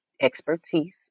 expertise